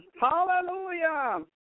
Hallelujah